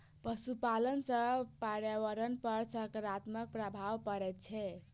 पशुपालन सॅ पर्यावरण पर साकारात्मक प्रभाव पड़ैत छै